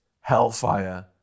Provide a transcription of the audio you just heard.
hellfire